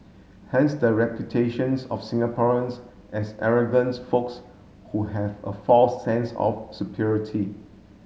hence the reputations of Singaporeans as arrogant folks who have a false sense of superiority